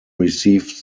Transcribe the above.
received